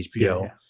HBO